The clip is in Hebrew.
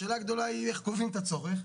השאלה הגדולה היא איך קובעים את הצורך.